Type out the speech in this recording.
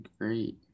great